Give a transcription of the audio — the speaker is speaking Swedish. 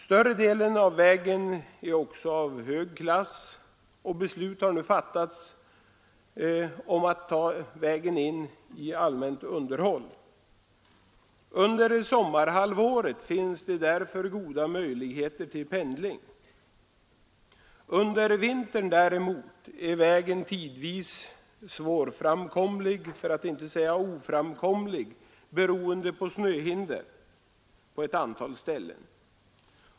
Större delen av vägen är också av hög klass, och beslut har nu fattats om att ta in vägen under allmänt underhåll. Under sommarhalvåret finns det därför goda möjligheter till pendling. Under vintern däremot är vägen tidvis svårframkomlig, för att nte säga oframkomlig, beroende på snöhinder på ett antal ställen.